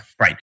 right